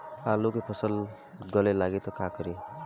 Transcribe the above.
आलू के फ़सल गले लागी त का करी?